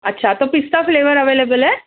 اچھا تو پستا فلیور اویلیبل ہے